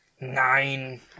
Nine